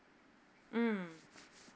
mm